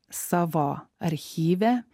savo archyve